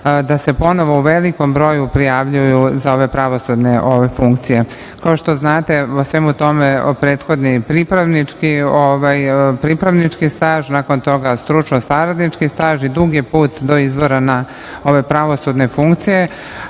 da se ponovo u velikom broju prijavljuju za ove pravosudne funkcije. Kao što znate, svemu tome prethodi pripravnički staž, nakon toga stručno-saradnički staž i dug je put do izbora na ove pravosudne funkcije,